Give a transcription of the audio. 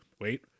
wait